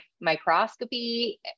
microscopy